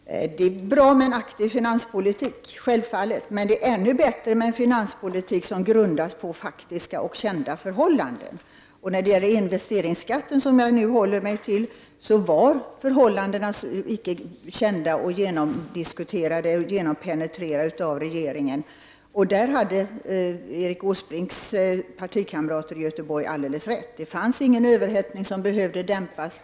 Fru talman! Det är självfallet bra med en aktiv finanspolitik. Men det är ännu bättre med en finanspolitik som grundas på faktiska och kända förhållanden. När det gäller investeringsskatten, som jag nu håller mig till, var förhållandena icke kända och penetrerade av regeringen. På den punkten hade Erik Åsbrinks partikamrater i Göteborg alldeles rätt — det fanns ingen överhettning som behövde dämpas.